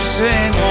sing